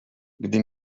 gdy